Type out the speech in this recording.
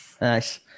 nice